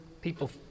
people